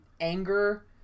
anger